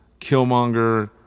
Killmonger